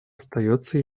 остается